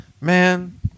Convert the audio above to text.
man